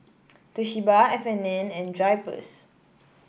Toshiba F and N and Drypers